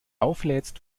auflädst